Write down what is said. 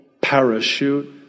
parachute